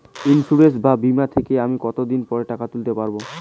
Insurance বা বিমা থেকে আমি কত দিন পরে টাকা তুলতে পারব?